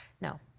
No